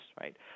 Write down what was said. right